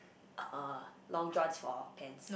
uh long johns for pants